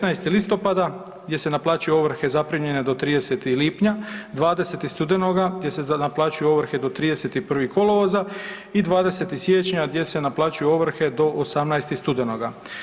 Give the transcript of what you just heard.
19. listopada gdje se naplaćuju ovrhe zaprimljene do 30. lipnja, 20. studenoga gdje se naplaćuju ovrhe do 31. kolovoza i 20. siječnja gdje se naplaćuju ovrhe do 18. studenoga.